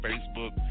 Facebook